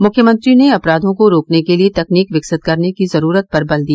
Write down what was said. मुख्यमंत्री ने अपराधों को रोकने के लिये तकनीक विकसित करने की जरूरत पर बल दिया